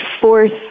fourth